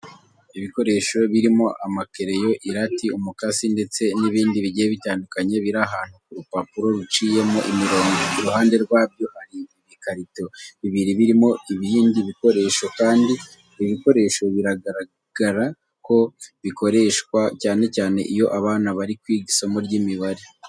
Ibikoresho birimo amakereyo, irati, umukasi ndetse n'ibindi bigiye bitandukanye biri ahantu ku rupapuro ruciyemo imirongo. Iruhande rwabyo hari ibikarito bibiri birimo ibindi bikoresho kandi ibi bikoresho biragaraga ko bikoreswa cyane cyane iyo abana bari kwiga isomo ry'imibare.